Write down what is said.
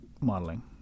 modeling